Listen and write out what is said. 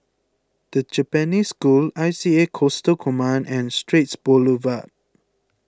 the Japanese School I C A Coastal Command and Straits Boulevard